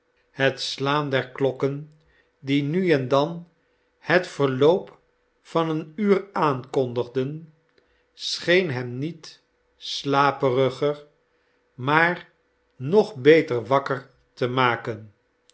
het slaan der klokken die nu en dan het verloop van een uur aankondigden scheen hem niet slaperiger maar nog beter wakker te maken